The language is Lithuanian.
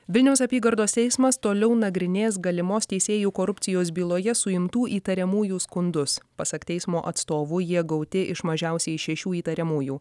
vilniaus apygardos teismas toliau nagrinės galimos teisėjų korupcijos byloje suimtų įtariamųjų skundus pasak teismo atstovų jie gauti iš mažiausiai šešių įtariamųjų